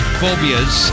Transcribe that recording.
phobias